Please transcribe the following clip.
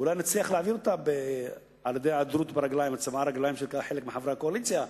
ואולי נצליח להעביר אותה על-ידי הצבעה ברגליים של חלק מחברי הקואליציה,